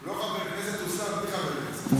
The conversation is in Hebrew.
הוא לא חבר כנסת, הוא שר, בלי חבר כנסת.